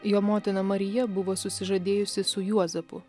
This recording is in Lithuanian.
jo motina marija buvo susižadėjusi su juozapu